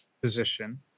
position